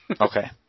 Okay